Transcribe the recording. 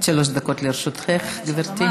עד שלוש דקות לרשותך, גברתי.